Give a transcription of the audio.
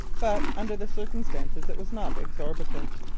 but, under the circumstances, it was not exorbitant,